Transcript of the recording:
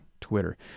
Twitter